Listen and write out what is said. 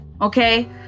okay